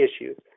issues